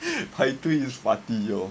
派对 is party loh